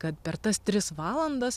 kad per tas tris valandas